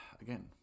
again